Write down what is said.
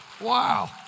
Wow